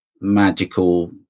magical